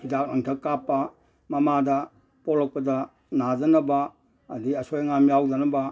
ꯍꯤꯗꯥꯛ ꯂꯥꯡꯊꯛ ꯀꯥꯞꯄ ꯃꯃꯥꯗ ꯄꯣꯛꯂꯛꯄꯗ ꯅꯥꯗꯅꯕ ꯑꯗꯒꯤ ꯑꯁꯣꯏ ꯑꯉꯥꯝ ꯌꯥꯎꯗꯅꯕ